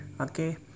Okay